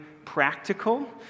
practical